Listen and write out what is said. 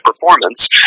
performance